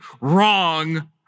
wrong